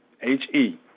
H-E